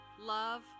love